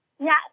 Yes